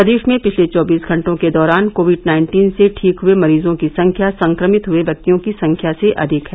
प्रदेश में पिछले चौबीस घंटों के दौरान कोविड नाइन्टीन से ठीक हए मरीजों की संख्या संक्रमित हुए व्यक्तियों की संख्या से अधिक है